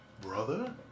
brother